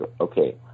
okay